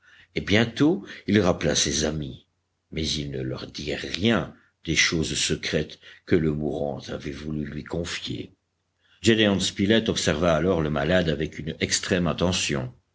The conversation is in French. et bientôt il rappela ses amis mais il ne leur dit rien des choses secrètes que le mourant avait voulu lui confier gédéon spilett observa alors le malade avec une extrême attention